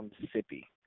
Mississippi